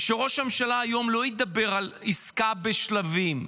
ושראש הממשלה לא ידבר היום על עסקה בשלבים.